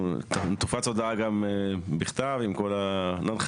תופץ הודעה גם בכתב עם כל ההנחיות.